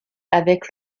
avec